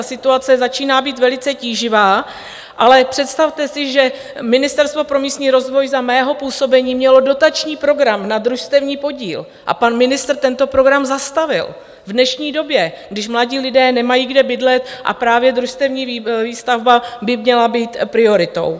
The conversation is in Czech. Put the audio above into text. Situace začíná být velice tíživá, ale představte si, že Ministerstvo pro místní rozvoj za mého působení mělo dotační program na družstevní podíl, a pan ministr tento program zastavil v dnešní době, když mladí lidé nemají kde bydlet, a právě družstevní výstavba by měla být prioritou.